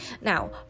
Now